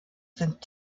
sind